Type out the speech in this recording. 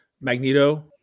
magneto